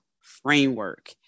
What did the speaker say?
framework